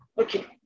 Okay